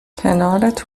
کنارت